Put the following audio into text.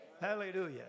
Hallelujah